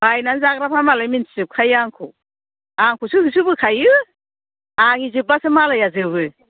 बायनानै जाग्राफ्रा मालाय मोनथिजोबखायो आंखौ आंखौसो होसोबोखायो आंनि जोबबासो मालाया जोबो